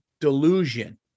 delusion